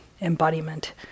embodiment